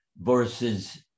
versus